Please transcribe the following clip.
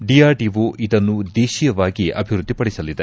DRDO ಇದನ್ನು ದೇಶಿಯವಾಗಿ ಅಭಿವೃದ್ದಿಪಡಿಸಲಿದೆ